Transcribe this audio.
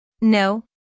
No